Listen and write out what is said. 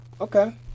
okay